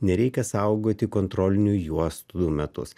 nereikia saugoti kontrolinių juostų metus